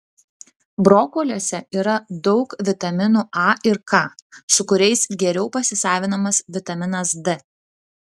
brokoliuose yra daug vitaminų a ir k su kuriais geriau pasisavinamas vitaminas d